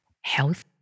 health